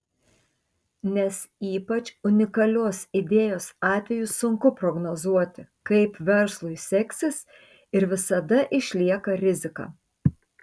nes ypač unikalios idėjos atveju sunku prognozuoti kaip verslui seksis ir visada išlieka rizika